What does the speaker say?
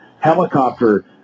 helicopter